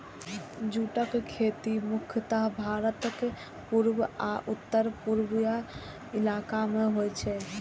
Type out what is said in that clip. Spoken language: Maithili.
जूटक खेती मुख्यतः भारतक पूर्वी आ उत्तर पूर्वी इलाका मे होइ छै